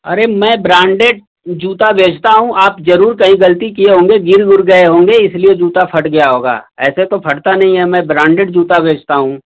अरे मैं ब्रांडेड जूता बेचता हूँ आप जरूर कहीं गलती किए होंगे गिर उर गए होंगे इसलिए जूता फट गया होगा ऐसे तो फटता नहीं है मैं ब्रांडेड जूता बेचता हूँ